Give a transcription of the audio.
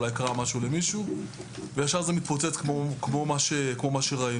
אולי קרה משהו למישהו וישר זה מתפוצץ כמו מה שראינו,